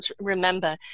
remember